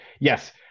yes